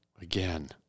again